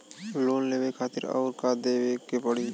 Loan लेवे खातिर अउर का देवे के पड़ी?